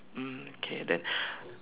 mm okay then